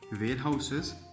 warehouses